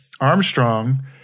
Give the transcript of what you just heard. Armstrong